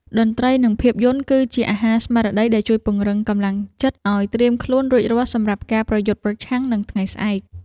តន្ត្រីនិងភាពយន្តគឺជាអាហារស្មារតីដែលជួយពង្រឹងកម្លាំងចិត្តឱ្យត្រៀមខ្លួនរួចរាល់សម្រាប់ការប្រយុទ្ធប្រឆាំងនឹងថ្ងៃស្អែក។